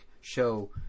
show